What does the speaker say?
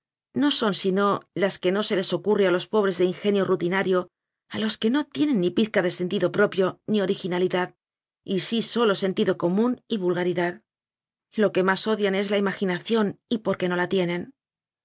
no son sino las que no se les ocurre a los pobres de inge nio rutinario a los que no tienen ni pizca de sentido propio ni originalidad y sí sólo sen tido común y vulgaridad lo que más odian es la imaginación y porque no la tienen